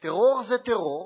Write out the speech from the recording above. טרור זה טרור,